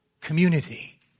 community